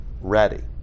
ready